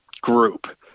group